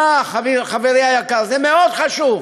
חברי היקר, זה מאוד חשוב.